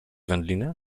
wędlinę